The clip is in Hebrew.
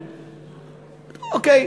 אוקיי,